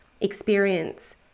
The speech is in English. experience